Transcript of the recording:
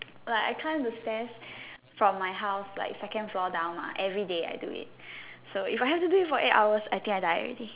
like I climb the stairs from my house like second floor down mah everyday I do it so if I have to do it for eight hours I think I die already